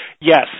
Yes